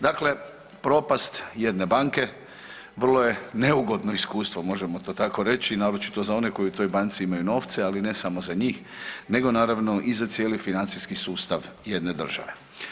Dakle, propast jedne banke vrlo je neugodno iskustvo, možemo to tako reći, naročito za one koji u toj banci imaju novce, ali ne samo za njih nego naravno i za cijeli financijski sustav jedne države.